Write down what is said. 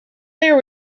there